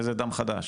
איזה דם חדש?